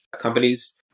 companies